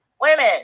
women